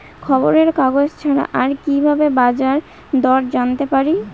খবরের কাগজ ছাড়া আর কি ভাবে বাজার দর জানতে পারি?